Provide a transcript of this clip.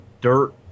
dirt